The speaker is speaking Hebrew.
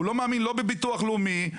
לא מאמין לא בביטוח לאומי,